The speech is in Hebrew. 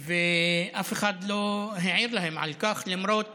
ואף אחד לא העיר להם על כך, למרות